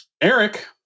Eric